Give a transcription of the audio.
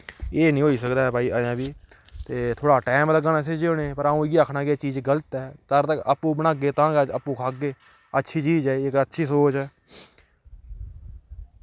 एह् नि होई सकदा ऐ भाई अजें बी ते थोह्ड़ा टैम लग्गना इसी जी होने पर आ'ऊं इ'यै आखना कि एह् चीज गलत ऐ तर तक आपूं बनाह्गे तां गै आपूं खाह्गे अच्छी चीज ऐ इक अच्छी सोच ऐ